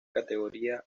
categoría